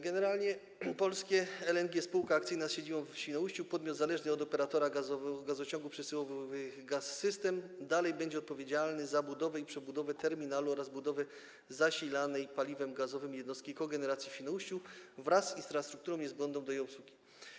Generalnie Polskie LNG, spółka akcyjna z siedzibą w Świnoujściu, podmiot zależny od operatora gazociągów przesyłowych Gaz-System, dalej będzie odpowiedzialne za budowę i przebudowę terminalu oraz budowę zasilanej paliwem gazowym jednostki kogeneracji w Świnoujściu wraz z infrastrukturą niezbędną do jej obsługi.